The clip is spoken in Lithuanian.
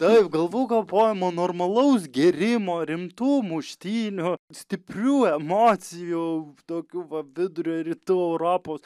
taip galvų kapojimo normalaus gėrimo rimtų muštynių stiprių emocijų tokių va vidurio rytų europos